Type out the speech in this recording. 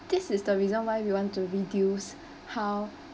this is the reason why we want to reduce how